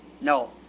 No